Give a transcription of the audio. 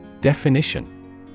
definition